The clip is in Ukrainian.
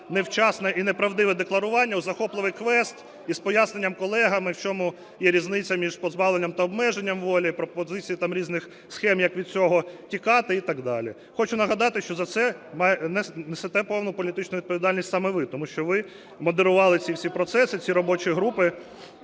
невчасне і неправдиве декларування – у захопливий квест і з поясненням колегам, в чому є різниця між позбавленням та обмеженням волі, пропозицій різних схем, як від цього тікати і так далі. Хочу нагадати, що за це несете повну політичну відповідальність саме ви, тому що ви модерували ці всі процеси, ці робочі групи